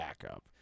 backup